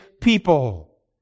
people